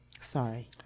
Sorry